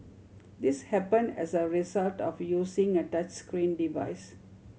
this happened as a result of using a touchscreen device